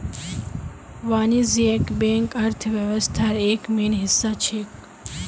वाणिज्यिक बैंक अर्थव्यवस्थार एक मेन हिस्सा छेक